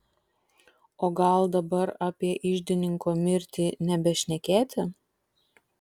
o gal dabar apie iždininko mirtį nebešnekėti